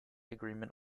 agreement